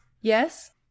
Yes